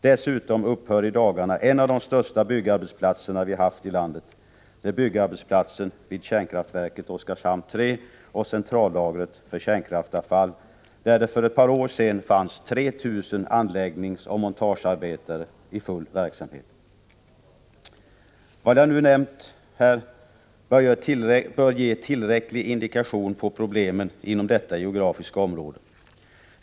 Dessutom upphör i dagarna en av de största byggarbetsplatser vi haft i landet: byggarbetsplatsen vid kärnkraftverket Oskarshamn 3 och centrallagret för kärnkraftsavfall, där det för ett par år sedan fanns 3 000 anläggningsoch montagearbetare i full verksamhet. Vad jag nu nämnt bör ge tillräcklig indikation på problemen inom detta geografiska område.